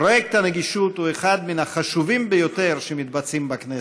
פרויקט הנגישות הוא אחד מן החשובים ביותר שמתבצעים בכנסת,